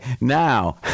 Now